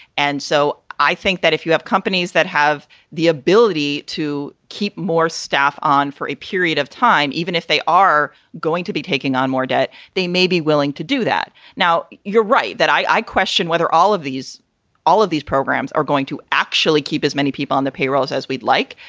and so i think that if you have companies that have the ability to keep more staff on for a period of time, even if they are going to be taking on more debt, they may be willing to do that. now, you're right that i question whether all of these all of these programs are going to actually keep as many people on the payrolls as we'd like,